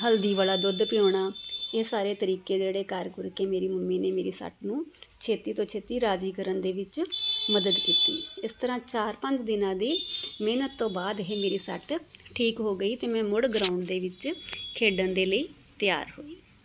ਹਲਦੀ ਵਾਲਾ ਦੁੱਧ ਪਿਆਉਣਾ ਇਹ ਸਾਰੇ ਤਰੀਕੇ ਜਿਹੜੇ ਕਰ ਕੁਰ ਕੇ ਮੇਰੀ ਮੰਮੀ ਨੇ ਮੇਰੀ ਸੱਟ ਨੂੰ ਛੇਤੀ ਤੋਂ ਛੇਤੀ ਰਾਜ਼ੀ ਕਰਨ ਦੇ ਵਿੱਚ ਮਦਦ ਕੀਤੀ ਇਸ ਤਰ੍ਹਾਂ ਚਾਰ ਪੰਜ ਦਿਨਾਂ ਦੀ ਮਿਹਨਤ ਤੋਂ ਬਾਅਦ ਇਹ ਮੇਰੀ ਸੱਟ ਠੀਕ ਹੋ ਗਈ ਅਤੇ ਮੈਂ ਮੁੜ ਗਰਾਉਂਡ ਦੇ ਵਿੱਚ ਖੇਡਣ ਦੇ ਲਈ ਤਿਆਰ ਹੋਈ